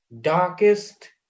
darkest